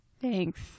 Thanks